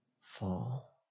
fall